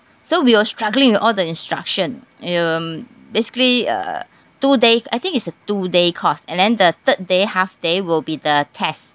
so we were struggling with all the instruction um basically uh two days I think it's a two day course and then the third day half day will be the test